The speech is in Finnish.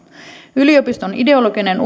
yliopiston ideologinen